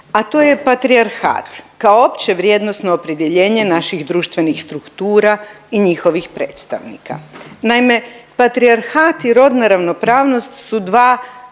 a to je patrijarhat, kao opće vrijednosno opredjeljenje naših društvenih struktura i njihovih predstavnika. Naime, patrijarhat i rodna ravnopravnost su dva